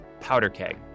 powderkeg